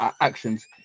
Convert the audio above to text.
actions